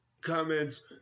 comments